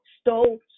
stole